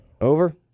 Over